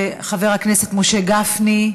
חבר הכנסת משה גפני,